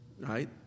right